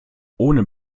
ohne